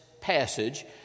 passage